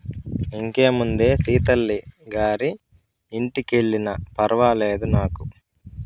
ఇంకేముందే సీతల్లి గారి ఇంటికెల్లినా ఫర్వాలేదు నాకు